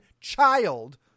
child